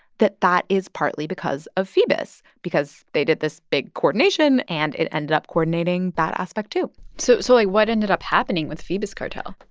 that that is partly because of phoebus because they did this big coordination. and it ended up coordinating that aspect too so, so like, what ended up happening with phoebus cartel?